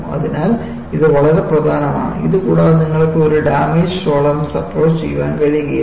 അതിനാൽ ഇത് വളരെ പ്രധാനമാണ് ഇത് കൂടാതെ നിങ്ങൾക്ക് ഒരു ഡാമേജ് ടോളറൻസ് അപ്രോച് ചെയ്യാൻ കഴിയില്ല